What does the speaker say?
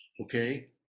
okay